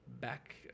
back